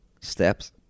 steps